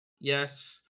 yes